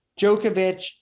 Djokovic